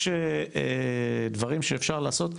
יש דברים שאפשר לעשות,